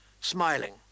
smiling